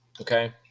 okay